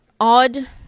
odd